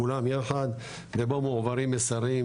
כולם יחד ובו מועברים מסרים.